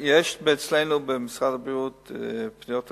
יש אצלנו במשרד הבריאות לשכת פניות הציבור,